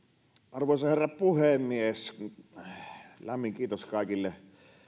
arvoisa herra puhemies lämmin kiitos kaikille